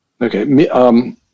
okay